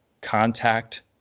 contact